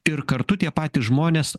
ir kartu tie patys žmonės